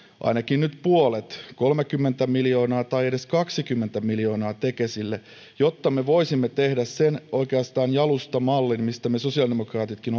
ainakin nyt puolet kolmekymmentä miljoonaa tai edes kaksikymmentä miljoonaa tekesille jotta me voisimme tehdä oikeastaan sen jalustamallin mistä me sosiaalidemokraatitkin